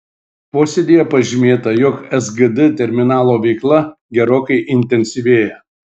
posėdyje pažymėta jog sgd terminalo veikla gerokai intensyvėja